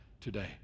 today